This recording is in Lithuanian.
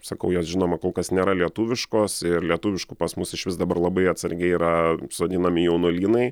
sakau jos žinoma kol kas nėra lietuviškos ir lietuviškų pas mus išvis dabar labai atsargiai yra sodinami jaunuolynai